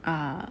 ah